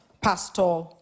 Pastor